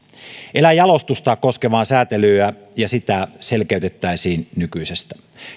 eläinjalostusta koskevaa säätelyä selkeytettäisiin nykyisestään